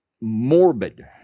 morbid